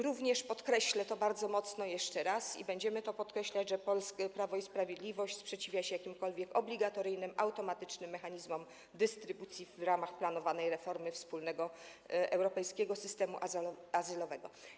Również podkreślę to bardzo mocno jeszcze raz i będziemy to podkreślać, że Polska i Prawo i Sprawiedliwość sprzeciwiają się jakimkolwiek obligatoryjnym automatycznym mechanizmom dystrybucji w ramach planowanej reformy wspólnego europejskiego systemu azylowego.